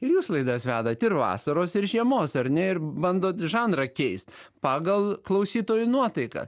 ir jūs laidas vedat ir vasaros ir žiemos ar ne ir bandot žanrą keist pagal klausytojų nuotaiką